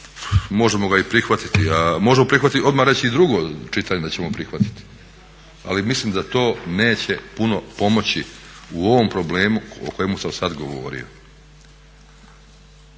možemo ga i prihvatiti a možemo odmah reći i drugo čitanje da ćemo prihvatiti ali mislim da to neće puno pomoći u ovom problemu o kojemu sam sad govorio.